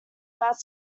about